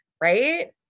Right